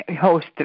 host